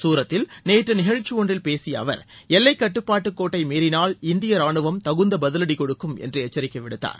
சூரத்தில் நேற்று நிகழ்ச்சி ஒன்றில் பேசிய அவர் எல்லைக்கட்டுப்பாட்டுக் கோட்டை மீறினால் இந்திய ராணுவம் தகுந்த பதிலடி கொடுக்கும் என்று எச்சரிக்கை விடுத்தார்